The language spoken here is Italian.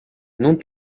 non